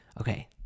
Okay